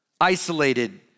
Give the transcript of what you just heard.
isolated